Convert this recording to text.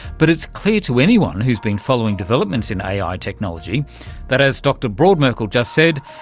but it's clear to anyone who's been following developments in ai technology that, as dr brodmerkel just said,